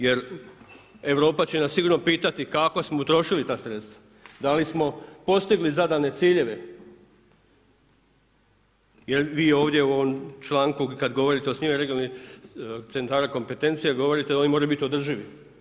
Jer Europa će nas sigurno pitati kako smo utrošili ta sredstva, da li smo postigli zadane ciljeve, jer vi ovdje u ovom članku kada govorite o osnivanju regionalnih centara kompetencija govorite da oni moraju biti održivi.